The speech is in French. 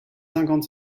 cinquante